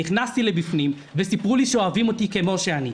נכנסתי פנימה וסיפרו לי שאוהבים אותי כמו שאני,